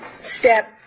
step